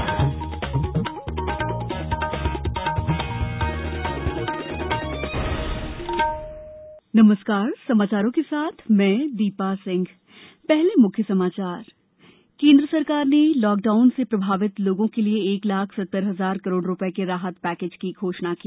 मुख्य समाचार केन्द्र सरकार ने लॉकडाउन से प्रभावित लोगों के लिए एक लाख सत्तर हजार करोड़ रुपये के राहत पैकेज की घोषणा की